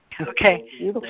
okay